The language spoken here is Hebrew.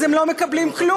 אז הם לא מקבלים כלום,